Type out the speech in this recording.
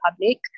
public